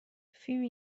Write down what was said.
فیبی